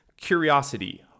curiosity